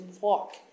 walk